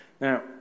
Now